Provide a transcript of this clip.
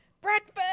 Breakfast